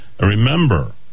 Remember